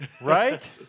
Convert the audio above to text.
right